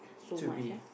to be